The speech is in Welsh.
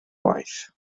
gwaith